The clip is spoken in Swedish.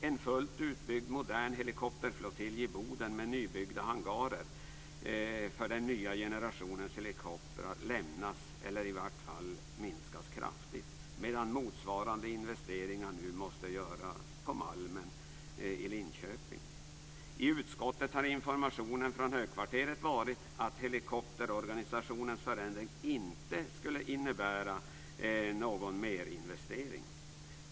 En fullt utbyggd modern helikopterflottilj i Boden med nybyggda hangarer för den nya generationens helikoptrar lämnas, eller minskas i varje fall kraftigt, medan motsvarande investeringar nu måste göras på Malmen i Linköping. I utskottet har informationen från högkvarteret varit att helikopterorganisationens förändring inte skulle innebära någon merinvestering.